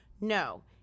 No